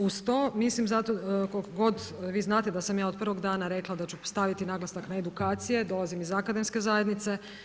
Uz to, mislim zato koliko god vi znate da sam ja od prvog dana rekla da ću staviti naglasak na edukacije, dolazim im akademske zajednice.